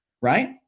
Right